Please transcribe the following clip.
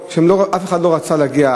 שאף אחד לא רצה להגיע,